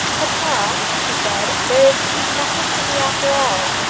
papa, she said, there is to be nothing for me after all.